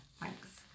thanks